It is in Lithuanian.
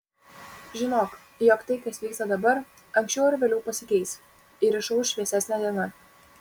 žinok jog tai kas vyksta dabar anksčiau ar vėliau pasikeis ir išauš šviesesnė diena